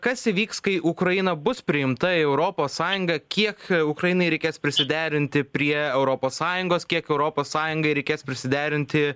kas įvyks kai ukraina bus priimta į europos sąjungą kiek ukrainai reikės prisiderinti prie europos sąjungos kiek europos sąjungai reikės prisiderinti